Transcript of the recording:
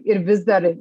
ir vis dar